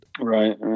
Right